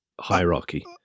hierarchy